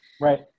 Right